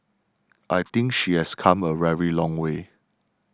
I think she has come a very long way